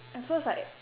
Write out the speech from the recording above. at first like